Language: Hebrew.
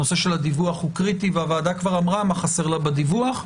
הנושא של הדיווח הוא קריטי והוועדה כבר אמרה מה חסר לה בדיווח.